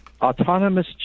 autonomous